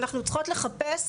אנחנו צריכות לחפש,